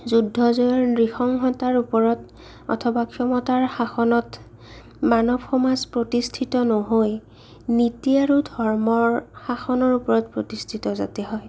যুদ্ধ জয়ৰ নৃসংশতাৰ ওপৰত অথবা ক্ষমতাৰ শাসনত মানৱ সমাজ প্ৰতিষ্ঠিত নহৈ নীতি আৰু ধৰ্মৰ শাসনৰ ওপৰত প্ৰতিষ্ঠিত যাতে হয়